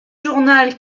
journal